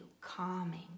calming